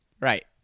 Right